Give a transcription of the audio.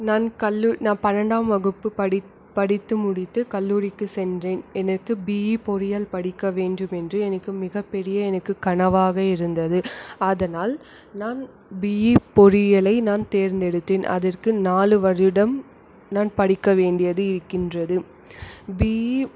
நான் நான் பன்னெண்டாம் வகுப்பு படித்து முடித்து கல்லூரிக்கு சென்றேன் எனக்கு பிஇ பொறியியல் படிக்க வேண்டும் என்று எனக்கு மிக பெரிய எனக்கு கனவாக இருந்தது அதனால் நான் பிஇ பொறியியலை நான் தேர்ந்தெடுத்தேன் அதற்கு நாலு வருடம் நான் படிக்க வேண்டியது இருக்கின்றது பிஇ